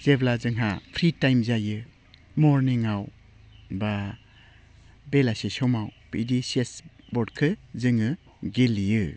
जेब्ला जोंहा free time जायो मरनिङाव बा बेलासि समाव बिदि चेस बर्डखौ जोङो गेलेयो